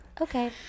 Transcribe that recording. Okay